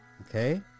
okay